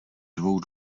dvou